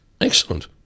Excellent